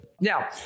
Now